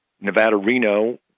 Nevada-Reno